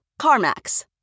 CarMax